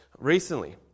Recently